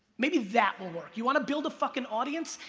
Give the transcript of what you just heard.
maybe that will work. you wanna build a fucking audience?